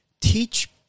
Teach